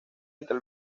entre